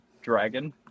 dragon